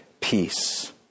Peace